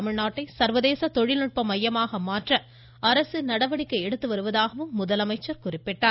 தமிழ்நாட்டை சா்வதேச தொழில்நுட்ப மையமாக மாற்ற அரசு நடவடிக்கை எடுத்துவருவதாகவும் முதலமைச்சர் எடுத்துரைத்தார்